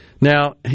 Now